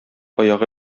аягы